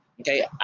Okay